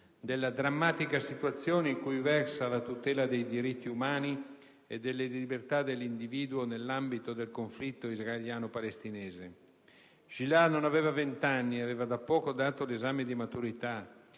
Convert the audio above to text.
della drammatica situazione in cui versa la tutela dei diritti umani e delle libertà dell'individuo nell'ambito del conflitto israeliano-palestinese. Gilad non aveva vent'anni, aveva da poco dato l'esame di maturità